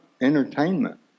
entertainment